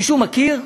מישהו מכיר,